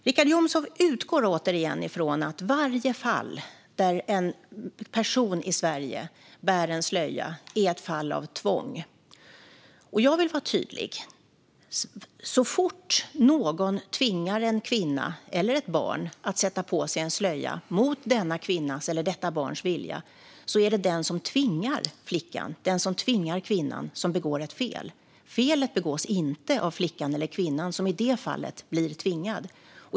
Richard Jomshof utgår återigen från att varje fall där en person i Sverige bär slöja är ett fall av tvång. Jag vill vara tydlig. Så fort någon tvingar en kvinna eller ett barn att sätta på sig en slöja mot denna kvinnas eller detta barns vilja är det den som tvingar flickan eller kvinnan som begår ett fel. Felet begås inte av flickan eller kvinnan som i det fallet blir tvingad.